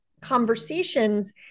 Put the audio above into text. conversations